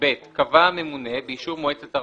(ב)קבע הממונה, באישור מועצת הרשות,